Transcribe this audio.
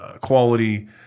quality